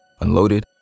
unloaded